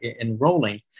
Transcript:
enrolling